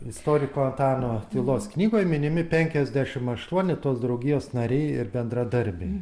istoriko antano tylos knygoj minimi penkiasdešimt aštuoni tos draugijos nariai ir bendradarbiai